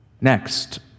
Next